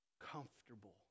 comfortable